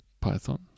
Python